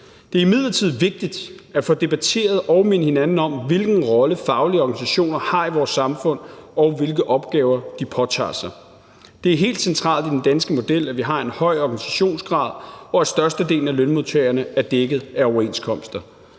Det er imidlertid vigtigt at få debatteret og mindet hinanden om, hvilken rolle faglige organisationer har i vores samfund, og hvilke opgaver de påtager sig. Det er helt centralt i den danske model, at vi har en høj organisationsgrad, og at størstedelen af lønmodtagerne er dækket af overenskomster.